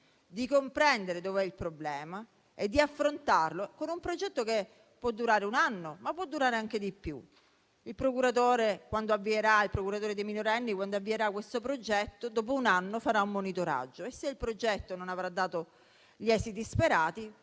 di comprendere dov'è il problema e di affrontarlo con un progetto che può durare un anno, ma anche di più. Il procuratore dei minorenni, quando avvierà questo progetto, dopo un anno farà un monitoraggio. E, se il progetto non avrà dato gli esiti sperati,